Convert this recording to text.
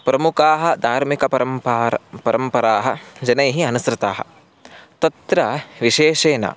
प्रमुखाः धार्मिकपरम्परा परम्पराः जनैः अनुसृताः तत्र विशेषेण